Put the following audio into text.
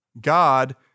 God